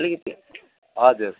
अलिकति हजुर